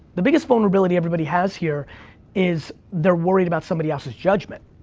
the biggest vulnerability everybody has here is their worried about somebody else's judgment.